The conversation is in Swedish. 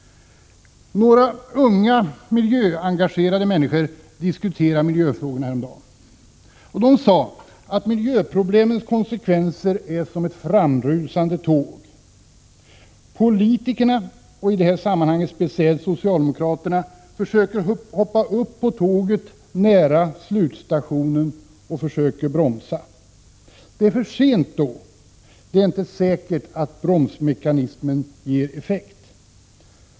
Några unga miljöengagerade människor diskuterade miljöfrågorna härom dagen. De sade att miljöproblemens konsekvenser är som ett framrusande tåg. Politikerna, och i det här sammanhanget speciellt socialdemokraterna, försöker hoppa upp på tåget nära slutstationen och försöker bromsa. Det är för sent då. Det är inte säkert att bromsmekanismen ger effekt.